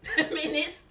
ten minutes